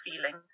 feeling